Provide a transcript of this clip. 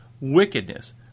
wickedness